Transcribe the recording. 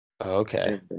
Okay